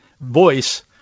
voice